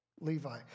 Levi